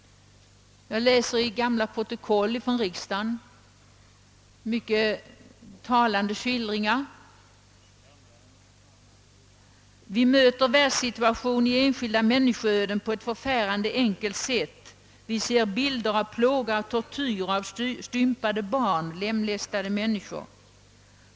Jag har också i riksdagsprotokoll läst talande skildringar. »Vi möter världssituationen i enskilda människoöden på ett förfärande enkelt sätt. Vi ser bilder av plåga och tortyr, av stympade barn, lemlästade människor.